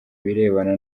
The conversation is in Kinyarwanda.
birebana